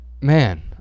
man